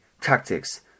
tactics